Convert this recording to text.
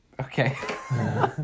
Okay